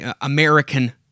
American